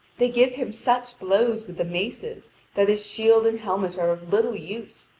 they give him such blows with the maces that his shield and helmet are of little use,